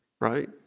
right